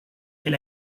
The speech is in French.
elle